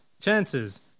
chances